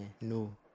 no